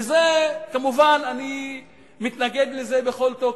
ואני כמובן מתנגד לזה בכל תוקף,